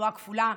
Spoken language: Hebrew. תחלואה כפולה,